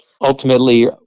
ultimately